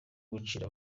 gucira